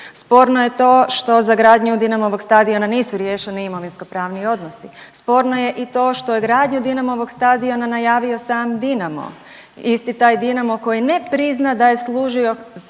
sporno je to što za gradnju Dinamovog stadiona nisu riješeni imovinsko pravni odnosi, sporno je i to što je gradnju Dinamovog stadiona najavio sam Dinamo, isti taj Dinamo koji ne prizna da je služio kao